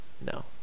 No